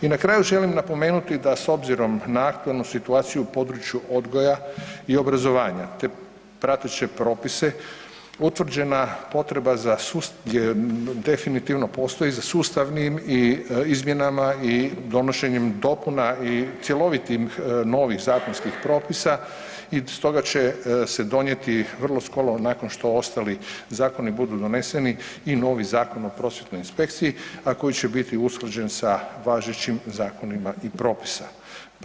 I na kraju želim napomenuti da s obzirom na aktualnu situaciju u području odgoja i obrazovanja te prateće propise utvrđena potreba za, definitivno postoji za sustavnim izmjenama i donošenjem dopuna i cjelovitih novih zakonskih propisa i stoga će se donijeti vrlo skoro nakon što ostali zakoni budu doneseni i novi Zakon o prosvjetnoj inspekciji, a koji će biti usklađen sa važećim zakonima i propisima.